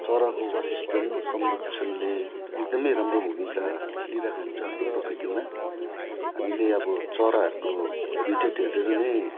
चराको वासस्थान संरक्षणले एकदम राम्रो भूमिका खेलिरहेको हुन्छ हाम्रो प्रकृतिमा हामीले अब चराहरूको हेबिटेट हेरेर नै